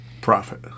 Profit